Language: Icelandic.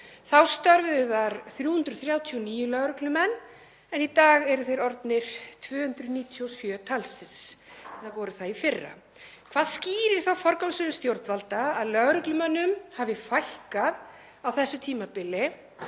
Þá störfuðu þar 339 lögreglumenn en í dag eru þeir orðnir 297 talsins, voru það í fyrra. Hvað skýrir þá forgangsröðun stjórnvalda að lögreglumönnum hafi fækkað á þessu tímabili